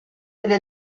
delle